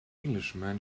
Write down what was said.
englishman